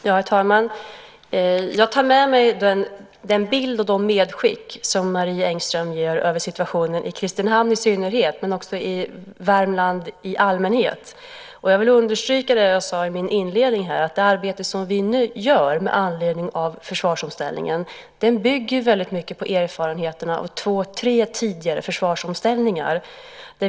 Herr talman! Jag tar med mig den bild och de medskick som Marie Engström ger när det gäller situationen i Kristinehamn i synnerhet men också i Värmland i allmänhet. Jag vill understryka det jag sade i min inledning: Det arbete vi nu gör med anledning av försvarsomställningen bygger väldigt mycket på erfarenheterna av tre tidigare försvarsomställningar.